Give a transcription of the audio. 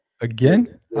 Again